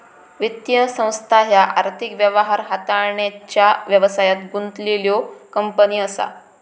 वित्तीय संस्था ह्या आर्थिक व्यवहार हाताळण्याचा व्यवसायात गुंतलेल्यो कंपनी असा